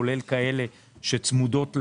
כולל כאלה שצמודות למדד.